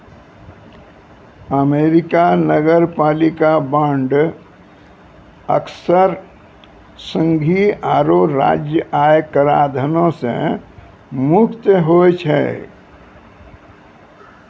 America नगरपालिका bond अक्सर संघीय आरो राज्य आय कराधानो से मुक्त होय छै